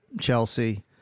Chelsea